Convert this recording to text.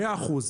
מאה אחוז.